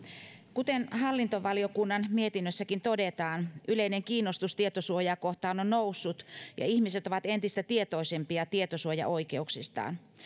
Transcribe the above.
kuten hallintovaliokunnan mietinnössäkin todetaan yleinen kiinnostus tietosuojaa kohtaan on noussut ja ihmiset ovat entistä tietoisempia tietosuojaoikeuksistaan